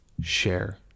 share